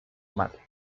madre